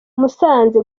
musanze